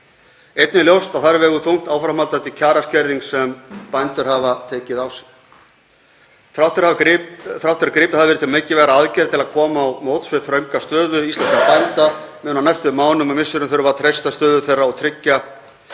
Einnig er ljóst að þar vegur þungt áframhaldandi kjaraskerðing sem bændur hafa tekið á sig. Þrátt fyrir að gripið hafi verið til mikilvægra aðgerða til að koma til móts við þrönga stöðu íslenskra bænda mun á næstu mánuðum og misserum þurfa að treysta stöðu þeirra og tryggja